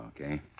Okay